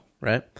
right